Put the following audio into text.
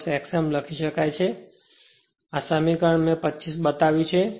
હવે મેં બતાવ્યું કે આ સમીકરણ 25 છે